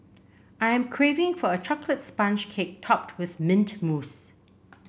I am craving for a chocolate sponge cake topped with mint mousse